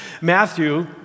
Matthew